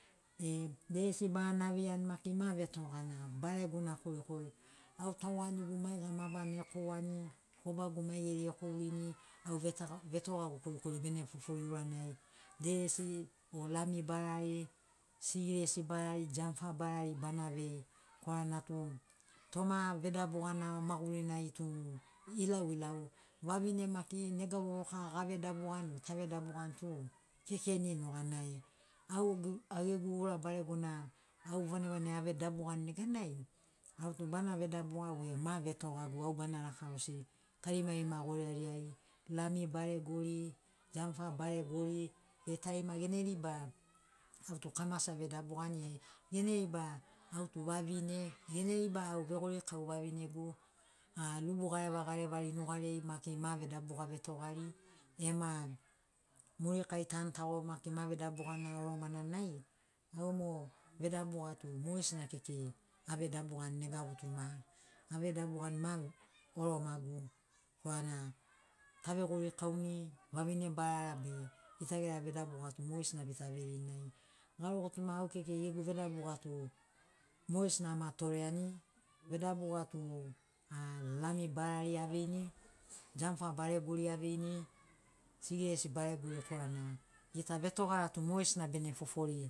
E deresi barana aveiani maki ma vetogana a baregona korikori au tauanigu maiga mabarana ekouani kobagu maigeri ekourini au vetogagu korikori bene fofori uranai deresi o lami barari singiresi barari jamfa barari bana vei korana tu toma vedabugana magurinai tu ilauilau vavine maki nega vovoka gavedabugani tavedabugani tu kekeni noga nai au au gegu ura baregona au vanagi vanagi avedabugani neganai autu bana vedabuga we ma vetogagu au bana rakarosi tarimarima goirariai lami baregori jamfa baregori e tarima gene liba autu kamasi avedabugani e gene riba autu vavine gene riba au vegorikau vavinegu a lubu gareva garevari nugariai maki ma vedabuga vetogari ema murikai tantago maki ma vedabuga oromananai aumo vedabuga tu mogesina kekei avedabugani nega gutuma avedabugani ma oromagu korana tavegorikauni vavine barara be gita gera vedabuga tu mogesina bita veirini nai garo gutuma au kekei gegu vedabuga tu mogesina ama toreani vedabuga tu a lami barari aveini jamfa baregori aveini singiresi baregori korana gita vetogara tu mogesina bene fofori